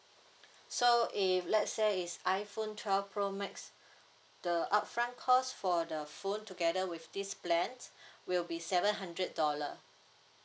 so if let's say is iphone twelve pro max the upfront cost for the phone together with this plan will be seven hundred dollar